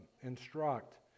instruct